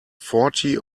forty